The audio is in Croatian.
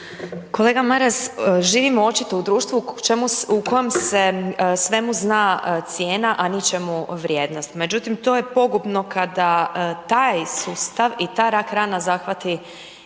Kolega Maras, živimo očito u društvu u kojem se svemu zna cijena, a ničemu vrijednost. Međutim to je pogubno kada taj sustav i ta rak rana zahvati